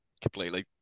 Completely